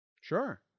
Sure